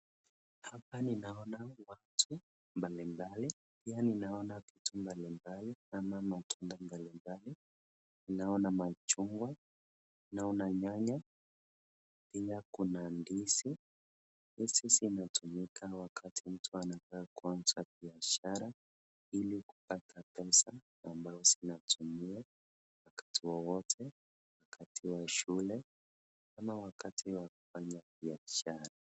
Hapa naona watu mbali mbali yaani naona vitu ama matunda mbali mbali, naona machungwa, naona nyanya, pia kuna ndizi, hizi zinatumika wakati mtu anataka kuanza biashara ili kupata pesa ambao zinaotumiwa wakati wowote, wakati wa shule ama wakati wa kufanya biashara.